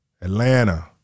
Atlanta